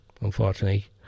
unfortunately